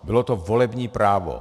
Bylo to volební právo.